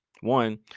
one